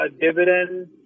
dividend